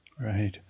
Right